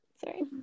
sorry